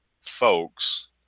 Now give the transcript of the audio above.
folks—